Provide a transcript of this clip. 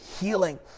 healing